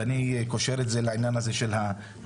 ואני קושר את זה לעניין הזה של התקציבים,